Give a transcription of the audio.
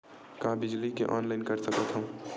का बिजली के ऑनलाइन कर सकत हव?